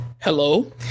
Hello